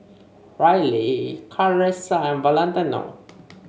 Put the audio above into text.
Rylee Carisa and Valentino